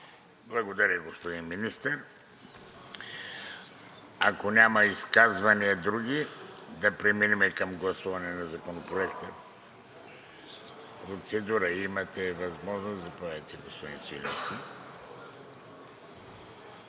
Благодаря, господин Министър. Ако няма други изказвания, да преминем към гласуване на Законопроекта. Процедура. Имате възможност – заповядайте, господин Свиленски.